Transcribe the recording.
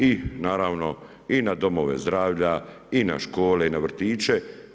I naravno i na domove zdravlja i na škole, na vrtiće.